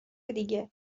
دیگه